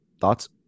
Thoughts